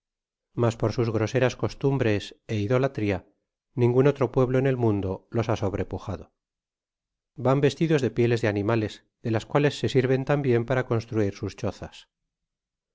mas por sus groseras costumbres é idolatria ningun otro pueblo en el mundo los ha sobrepujado van vestidos de pieles de animales de las cuales se sirven tambien para construir sus chozas